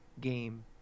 game